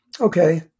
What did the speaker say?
okay